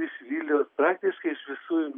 iš vilniaus praktiškai iš visų